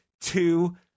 two